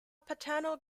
paternal